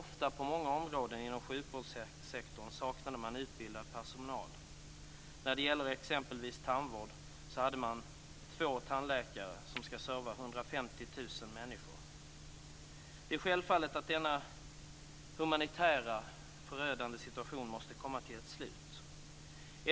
Ofta, på många områden inom sjukvårdssektorn, saknade man utbildad personal. När det gäller exempelvis tandvård hade man två tandläkare som skulle serva 150 000 människor. Det är självfallet att denna förödande humanitära situation måste komma till ett slut.